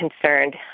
concerned